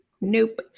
Nope